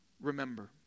remember